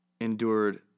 endured